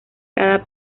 cada